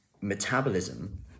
metabolism